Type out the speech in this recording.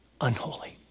unholy